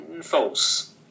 False